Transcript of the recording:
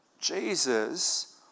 Jesus